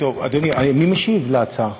אדוני, מי משיב על ההצעה?